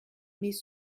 mes